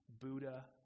Buddha